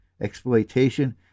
exploitation